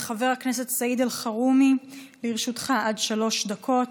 חבר הכנסת סעיד אלחרומי, לרשותך עד שלוש דקות.